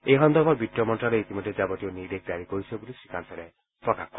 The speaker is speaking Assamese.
এই সন্দৰ্ভত বিত্ত মন্ত্যালয়ে ইতিমধ্যে যাৱতীয় নিৰ্দেশ জাৰি কৰিছে বুলি শ্ৰীকাঞ্চালে প্ৰকাশ কৰে